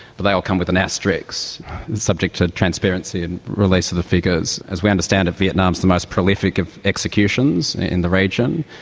but they all come with an asterisk so subject to transparency and release of the figures. as we understand it, vietnam is the most prolific of executions in the region.